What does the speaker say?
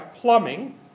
plumbing